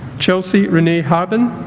chelsea renee harben